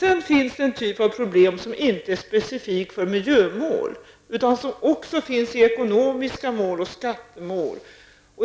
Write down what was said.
Det finns sedan en sorts problem som inte är specifik för miljömål, utan som också förekommer i fråga om ekonomiska mål och skattemål.